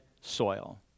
soil